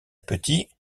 petit